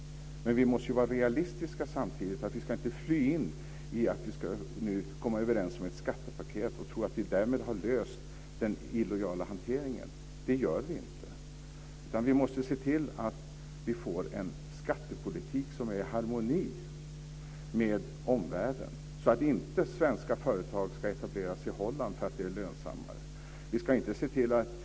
Men vi måste samtidigt vara realistiska. Vi ska inte fly in i att vi nu ska komma överens om ett skattepaket och tro att vi därmed har löst den illojala hanteringen. Det gör vi inte. Vi måste se till att vi får en skattepolitik som är i harmoni med omvärlden så att inte svenska företag ska etablera sig i Holland för att det är lönsammare.